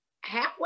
halfway